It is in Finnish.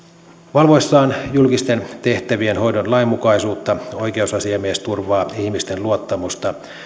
valvoessaan julkisten tehtävien hoidon lainmukaisuutta oikeusasiamies turvaa ihmisten luottamusta